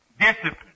discipline